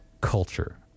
culture